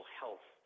health